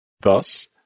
Thus